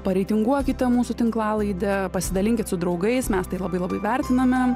pareitinguokite mūsų tinklalaidę pasidalinkit su draugais mes tai labai labai vertiname